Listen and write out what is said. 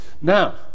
Now